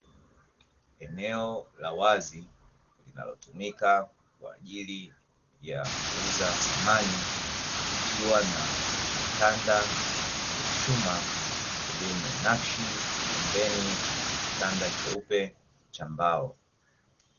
Eneo la wazi, linalotumika kwa ajili ya kuuza samani, likiwa na vitanda vya chuma vyenye nakshi pembeni kuna kitanda cheupe cha mbao.